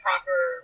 proper